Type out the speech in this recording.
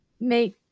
make